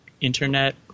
internet